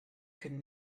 could